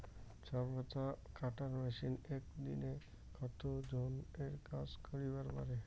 চা পাতা কাটার মেশিন এক দিনে কতজন এর কাজ করিবার পারে?